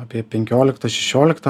apie penkioliktą šešioliktą